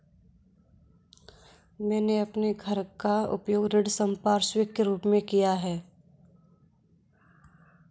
मैंने अपने घर का उपयोग ऋण संपार्श्विक के रूप में किया है